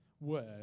word